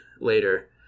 later